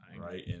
Right